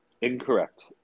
Incorrect